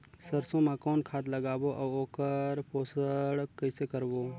सरसो मा कौन खाद लगाबो अउ ओकर पोषण कइसे करबो?